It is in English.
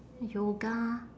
yoga